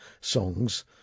songs